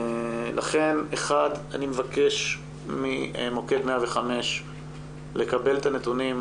אני מבקש ממוקד 105 לקבל את הנתונים,